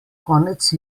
konec